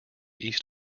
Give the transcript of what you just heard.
east